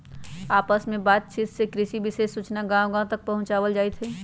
आपस में बात चित से कृषि विशेष सूचना गांव गांव तक पहुंचावल जाईथ हई